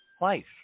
life